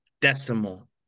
decimal